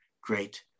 great